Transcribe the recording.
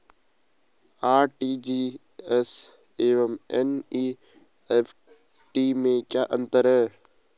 RTGS एवं NEFT में क्या अंतर है?